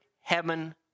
heaven